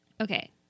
Okay